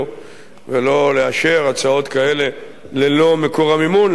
ולא לאשר הצעות כאלה ללא מקור המימון.